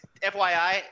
FYI